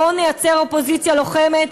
בואו נייצר אופוזיציה לוחמת.